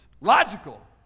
Logical